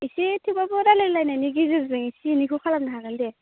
एसे थेवब्लाबो रायज्लायलायनायनि गेजेरजों एसे एनैखौ खालामनो हागोन दे